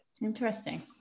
Interesting